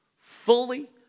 fully